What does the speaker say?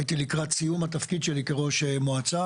הייתי לקראת סיום תפקידי כראש מועצה